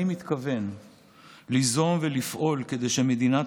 אני מתכוון ליזום ולפעול כדי שמדינת